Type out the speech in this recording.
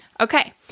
Okay